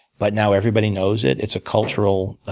but now everybody knows it. it's a cultural